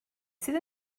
sydd